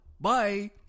Bye